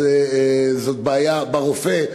זאת בעיה עם הרופא,